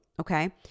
okay